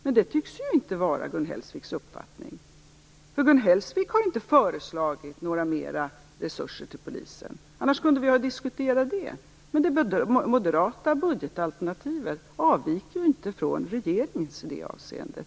Men det tycks inte vara Gun Hellsviks uppfattning. Gun Hellsvik har inte föreslagit några ytterligare resurser till polisen. Hade så varit fallet hade vi kunnat diskuterat det. Men det moderata budgetalternativet avviker inte från regeringens i det avseendet.